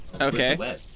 Okay